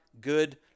good